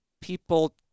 people